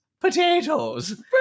Potatoes